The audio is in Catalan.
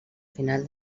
final